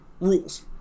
rules